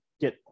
get